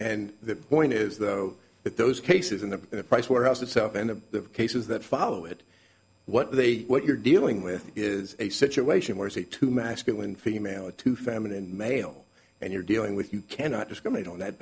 and the point is though that those cases in the pricewaterhouse itself and the cases that follow it what they what you're dealing with is a situation where say two masculine female to famine and male and you're dealing with you cannot discriminate on that